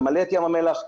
למלא את ים המלח,